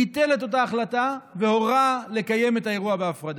ביטל את אותה החלטה והורה לקיים את האירוע בהפרדה.